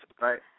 right